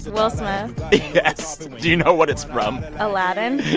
will smith yes. do you know what it's from? aladdin.